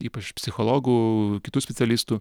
ypač psichologų kitų specialistų